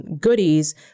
goodies